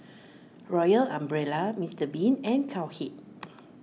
Royal Umbrella Mister Bean and Cowhead